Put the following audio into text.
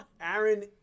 Aaron